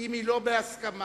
לא בהסכמה.